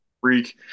freak